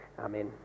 Amen